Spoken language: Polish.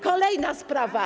Kolejna sprawa.